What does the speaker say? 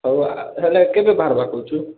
ହଉ ହେଲେ କେବେ ବାହାରିବା କହୁଛି